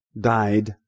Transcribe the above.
Died